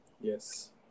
Yes